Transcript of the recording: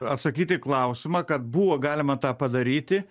atsakyti į klausimą kad buvo galima tą padaryti